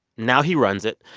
now he runs it.